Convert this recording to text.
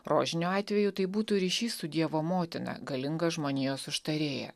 rožiniu atveju tai būtų ryšys su dievo motina galinga žmonijos užtarėja